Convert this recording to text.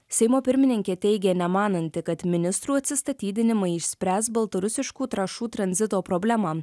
seimo pirmininkė teigė nemananti kad ministrų atsistatydinimai išspręs baltarusiškų trąšų tranzito problemą